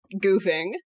goofing